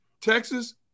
Texas